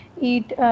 eat